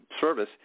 service